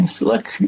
Look